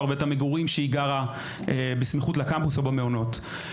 ואת המגורים שהיא גרה בסמיכות לקמפוס או במעונות.